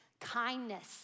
Kindness